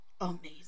amazing